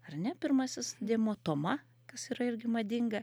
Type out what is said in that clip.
ar ne pirmasis dėmuo toma kas yra irgi madinga